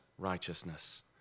Righteousness